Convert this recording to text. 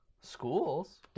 schools